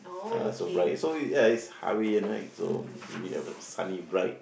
uh so bright so is ya is Hawaiian right so have a sunny bright